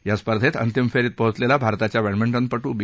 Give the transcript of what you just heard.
या स्पर्धेत अंतिम फेरीत पोहोचलेला भारताच्या बष्ठमिटंनपटू बी